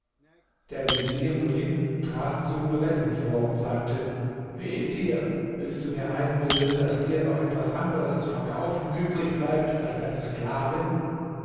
der vezier muin trat zu nureddin vor und sagte wehe dir willst du mir einbilden daß dir noch etwas anderes zu verkaufen übrig bleibt als deine sklavin